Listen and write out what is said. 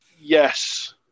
Yes